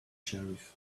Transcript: sheriff